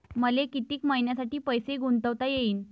मले कितीक मईन्यासाठी पैसे गुंतवता येईन?